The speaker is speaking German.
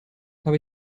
habe